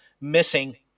missing